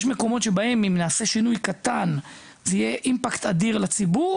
יש מקומות שאם נעשה בהם שינוי קטן תהיה לזה השפעה ענקית על הציבור,